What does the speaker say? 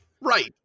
right